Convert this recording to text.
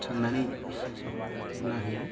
थांनानै नायहैयो